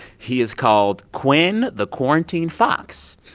he is called quinn the quarantine fox.